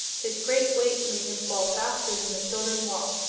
his great weight made him fall faster than the children walked,